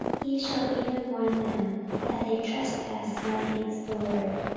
ye shall even warn them that they trespass not against the lord,